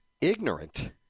ignorant